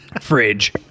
Fridge